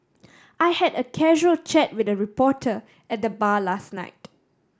I had a casual chat with a reporter at the bar last night